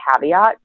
caveat